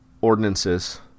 ordinances